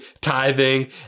tithing